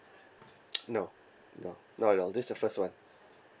no no not at all this is the first one